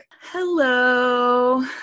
Hello